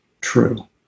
true